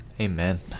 Amen